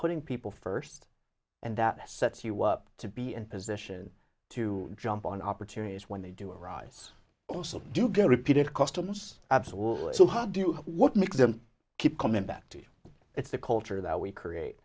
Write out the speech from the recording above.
putting people first and that sets you up to be in position to jump on opportunities when they do arise do get repeated customs absolutely so how do you what makes them keep coming back to it's the culture that we create